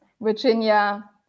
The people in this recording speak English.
virginia